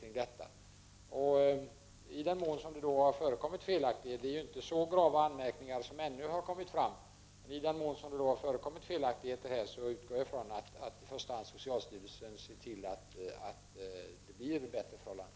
I den mån som det har förekommit felaktigheter här — det är ju inte så grava anmärkningar som ännu har kommit fram — utgår jag från att i första hand socialstyrelsen ser till att det blir bättre förhållanden.